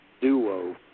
duo